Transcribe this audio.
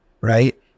right